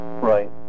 Right